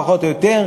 פחות או יותר,